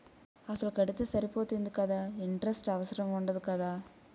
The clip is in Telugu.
అసలు కడితే సరిపోతుంది కదా ఇంటరెస్ట్ అవసరం ఉండదు కదా?